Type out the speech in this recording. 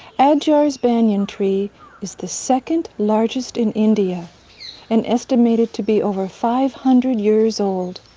adyar's banyan tree is the second largest in india and estimated to be over five hundred years old.